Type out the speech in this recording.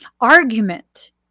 argument